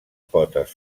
potes